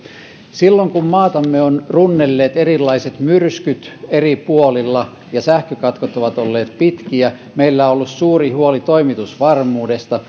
silloin kun maatamme ovat runnelleet erilaiset myrskyt eri puolilla ja sähkökatkot ovat olleet pitkiä meillä on ollut suuri huoli toimitusvarmuudesta